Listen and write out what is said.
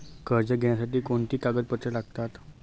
कर्ज घेण्यासाठी कोणती कागदपत्रे लागतात?